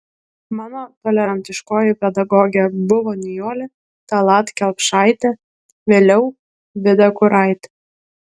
mano tolerantiškoji pedagogė buvo nijolė tallat kelpšaitė vėliau vida kuraitė